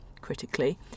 critically